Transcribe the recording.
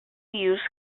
use